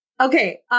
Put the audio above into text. Okay